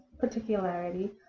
particularity